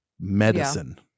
medicine